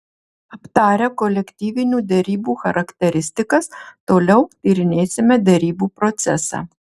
aptarę kolektyvinių derybų charakteristikas toliau tyrinėsime derybų procesą